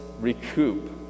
recoup